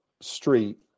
street